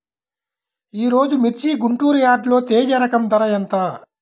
ఈరోజు మిర్చి గుంటూరు యార్డులో తేజ రకం ధర ఎంత?